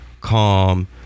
calm